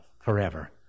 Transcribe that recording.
forever